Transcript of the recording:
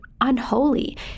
unholy